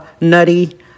nutty